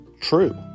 true